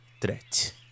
threat